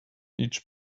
each